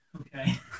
okay